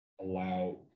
allow